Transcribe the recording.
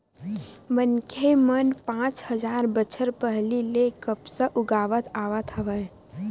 मनखे मन पाँच हजार बछर पहिली ले कपसा उगावत आवत हवय